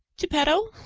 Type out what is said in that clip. geppetto.